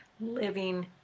Living